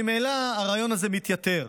ממילא הרעיון הזה מתייתר.